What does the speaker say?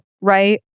right